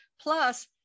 plus